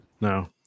No